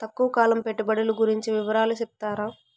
తక్కువ కాలం పెట్టుబడులు గురించి వివరాలు సెప్తారా?